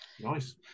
nice